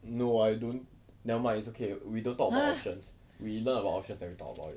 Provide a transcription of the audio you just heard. no I don't never mind it's okay we don't talk about options we learn about options then we talk about it